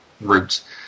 roots